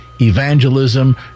evangelism